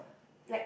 like